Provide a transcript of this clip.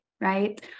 right